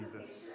Jesus